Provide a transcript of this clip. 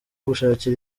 gushakira